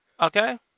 Okay